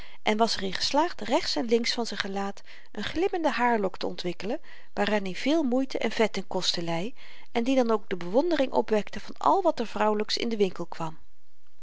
en was er in geslaagd rechts en links van z'n gelaat n glimmende haarlok te ontwikkelen waaraan i veel moeite en vet ten koste leî en die dan ook de bewondering opwekte van al wat er vrouwelyks in den winkel kwam